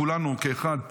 כולנו כאחד,